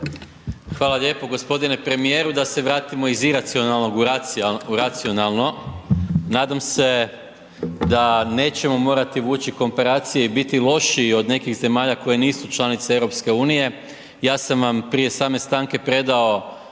Hvala lijepo. G. premijeru, da se vratimo iz iracionalnog u racionalno, nadam se da nećemo morati vući komparacije i biti lošiji od nekih zemalja koje nisu članice EU-a. Ja sam vam prije same stanke predao